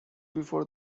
before